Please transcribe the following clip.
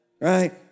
Right